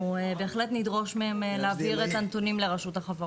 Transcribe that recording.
אנחנו בהחלט נדרוש מהם להעביר את הנתונים לרשות החברות.